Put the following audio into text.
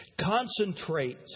Concentrate